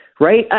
right